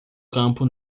campo